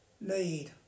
need